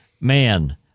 Man